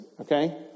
Okay